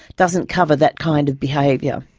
doesn't cover that kind of behaviour.